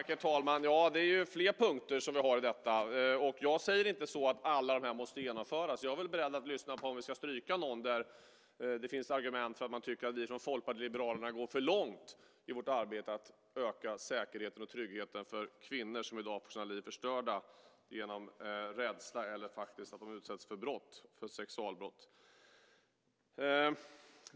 Herr talman! Det är fler punkter som finns i detta. Jag säger inte att alla måste genomföras. Jag är beredd att lyssna på om vi ska stryka någon där det finns argument att vi från Folkpartiet liberalerna går för långt i vårt arbete att öka säkerheten och tryggheten för kvinnor som i dag får sina liv förstörda på grund av rädsla eller för att de utsätts för sexualbrott.